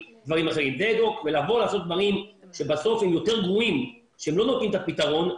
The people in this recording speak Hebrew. לבוא ולעשות דברים שבסוף הם יותר גרועים והם לא נותנים את הפתרון,